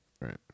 Right